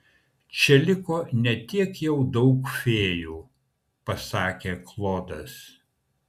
čia liko ne tiek jau daug fėjų pasakė klodas